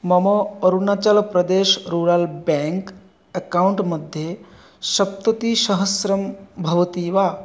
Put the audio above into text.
मम Arunachal Pradesh rural bank account मध्ये सप्तति सहस्रं भवति वा